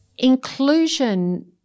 inclusion